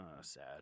sad